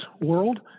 world